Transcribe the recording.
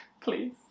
please